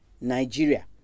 Nigeria